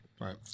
Right